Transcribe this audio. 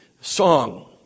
song